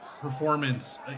performance